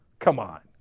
come on.